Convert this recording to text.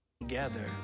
Together